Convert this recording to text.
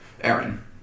Aaron